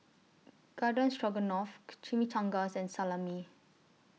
Garden Stroganoff Chimichangas and Salami